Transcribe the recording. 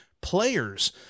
players